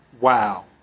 wow